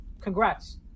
congrats